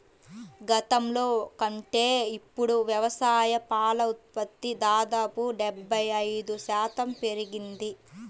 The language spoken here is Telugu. గతంలో కంటే ఇప్పుడు వ్యవసాయ పాల ఉత్పత్తి దాదాపు డెబ్బై ఐదు శాతం పెరిగింది